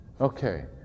Okay